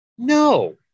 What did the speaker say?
No